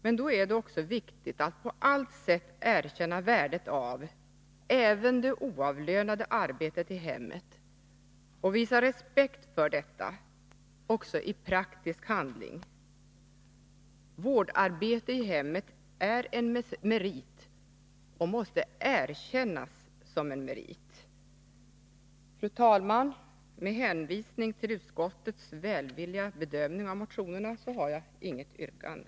Men då är det viktigt att på allt sätt erkänna värdet av även det oavlönade arbetet i hemmet och visa respekt för detta, även i praktisk handling. Vårdarbete i hemmet är en merit och måste erkännas som en merit. Fru talman! Med hänvisning till utskottets välvilliga bedömning av motionerna har jag inget yrkande.